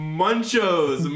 munchos